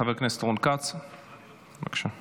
חבר הכנסת רון כץ, בבקשה.